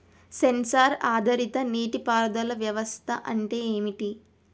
Censor ఆధారిత నీటి పారుదల వ్యవస్థ అంటే ఏమిటి?